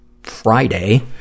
Friday